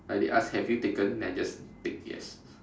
like they asked have you taken then I just ticked yes